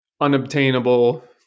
unobtainable